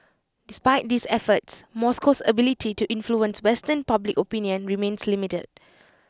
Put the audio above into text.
despite these efforts Moscow's ability to influence western public opinion remains limited